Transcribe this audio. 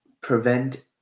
prevent